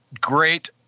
great